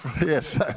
Yes